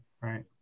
right